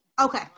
Okay